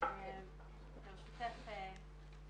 אין מספיק יועצות כאלה שחשוב להן לדבר על הנושא,